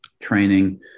training